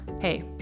Hey